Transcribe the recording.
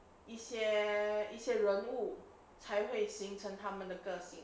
一些一些人物才会形成他们的个性